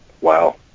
Wow